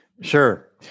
Sure